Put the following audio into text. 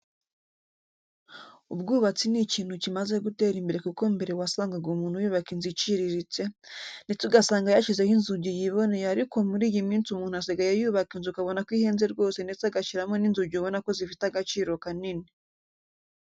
Ubwubatsi ni ikintu kimaze gutera imbere kuko mbere wasangaga umuntu yubaka inzu iciriritse, ndetse ugasanga yashyizeho inzugi yiboneye ariko muri iyi minsi umuntu asigaye yubaka inzu ukabona ko ihenze rwose ndetse agashyiramo n'inzugi ubona ko zifite agaciro kanini.